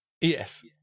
Yes